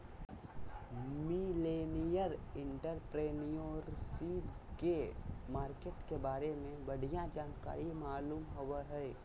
millennial entrepreneurship के marketing के बारे में बढ़िया जानकारी मालूम होबो हय